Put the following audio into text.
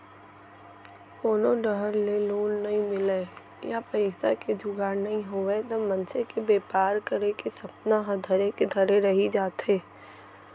कोनो डाहर ले लोन नइ मिलय या पइसा के जुगाड़ नइ होवय त मनसे के बेपार करे के सपना ह धरे के धरे रही जाथे